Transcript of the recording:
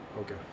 Okay